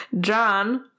John